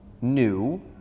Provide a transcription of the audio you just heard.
new